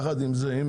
יחד עם זה,